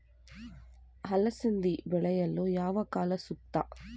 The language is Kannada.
ಅಲಸಂದಿ ಬೆಳೆಯಲು ಯಾವ ಕಾಲ ಸೂಕ್ತ?